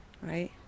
right